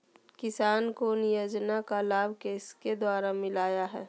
किसान को योजना का लाभ किसके द्वारा मिलाया है?